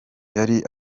yari